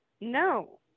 No